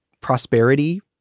prosperity